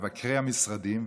מבקרי המשרדים,